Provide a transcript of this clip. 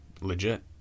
legit